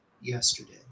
yesterday